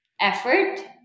effort